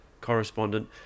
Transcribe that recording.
correspondent